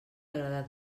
agradat